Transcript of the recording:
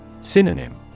Synonym